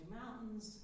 mountains